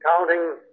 counting